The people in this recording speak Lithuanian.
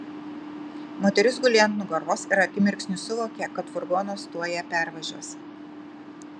moteris gulėjo ant nugaros ir akimirksniu suvokė kad furgonas tuoj ją pervažiuos